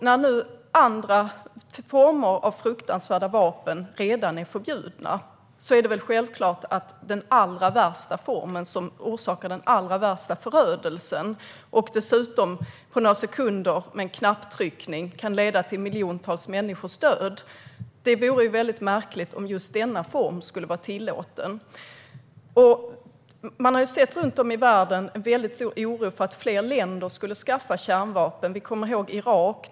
När nu andra former av fruktansvärda vapen redan är förbjudna vore det väldigt märkligt om den allra värsta formen, som orsakar den allra värsta förödelsen och dessutom på några sekunder med en knapptryckning kan leda till miljontals människors död, skulle vara tillåten. Man har runt om i världen sett en väldigt stor oro för att fler länder skulle skaffa kärnvapen. Vi kommer ihåg hur det var med Irak.